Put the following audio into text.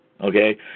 Okay